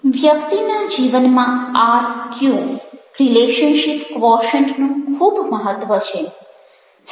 વ્યક્તિના જીવનમાં આરક્યુ નું ખૂબ મહત્વ છે